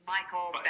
Michael